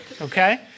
okay